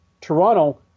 Toronto